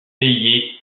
payaient